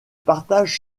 partage